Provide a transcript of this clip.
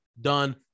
done